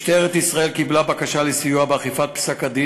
משטרת ישראל קיבלה בקשה לסיוע באכיפת פסק-הדין